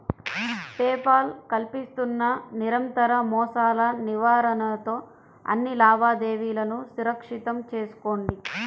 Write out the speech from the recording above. pay Paul కల్పిస్తున్న నిరంతర మోసాల నివారణతో అన్ని లావాదేవీలను సురక్షితం చేసుకోండి